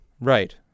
Right